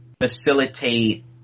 facilitate